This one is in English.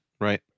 right